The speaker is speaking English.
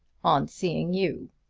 on seeing you.